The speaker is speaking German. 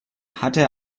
hatte